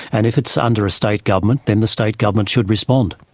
and if it's under a state government, then the state government should respond.